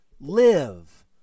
live